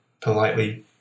politely